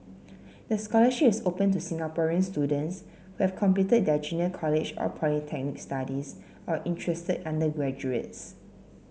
the scholarship is open to Singaporean students who have completed their junior college or polytechnic studies or interested undergraduates